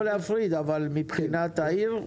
לא להפריד אבל מבחינת העיר,